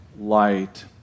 light